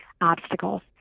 obstacles